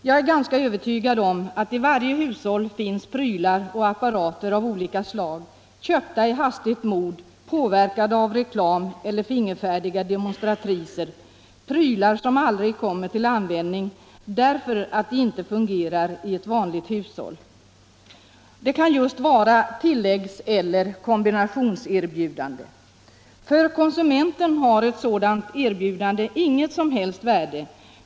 Jag är ganska övertygad om att i varje hushåll finns prylar och apparater av olika slag, köpta i hastigt mod under påverkan av reklam eller fingerfärdiga demonstratriser. Prylar som aldrig kommer till användning därför att de inte fungerar i ett vanligt hushåll. Det kan vara just tilläggs eller kombinationserbjudanden. För konsumenten har ett sådant erbjudande inget som helst värde.